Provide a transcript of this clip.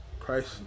Christ